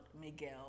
Miguel